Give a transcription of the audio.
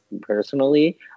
personally